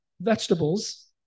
vegetables